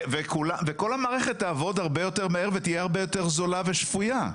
וכל המערכת תעבוד הרבה יותר מהר ותהיה הרבה יותר זולה ושפויה,